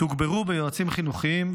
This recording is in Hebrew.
תוגברו ביועצים חינוכיים,